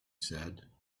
said